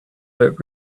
but